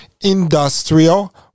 industrial